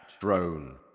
Drone